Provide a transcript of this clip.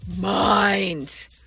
mind